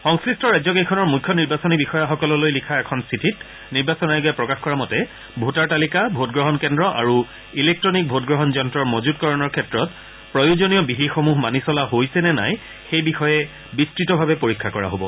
সংশ্লিষ্ট ৰাজ্যকেইখনৰ মুখ্য নিৰ্বাচনী বিষয়াসকললৈ লিখা এখন চিঠিত নিৰ্বাচন আয়োগে প্ৰকাশ কৰা মতে ভোটাৰ তালিকা ভোটগ্ৰহণ কেন্দ্ৰ আৰু ইলেক্টনিক ভোটগ্ৰহণ যন্ত্ৰৰ মজুতকৰণৰ ক্ষেত্ৰত প্ৰয়োজনীয় বিধিসমূহ মানি চলা হৈছে নে নাই সেই বিষয়ে বিস্ততভাৱে পৰীক্ষা কৰা হব